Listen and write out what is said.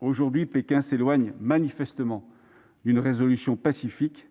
Aujourd'hui, Pékin s'éloigne manifestement d'une résolution pacifique,